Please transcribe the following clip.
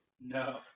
No